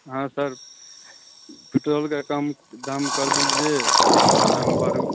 हाँ sir petrol का कम दाम कम कर दीजिए दाम बढ़